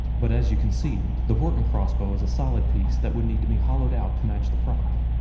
but, as you can see, the horton crossbow is a solid piece that would need to be hollowed out to match the prop.